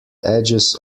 edges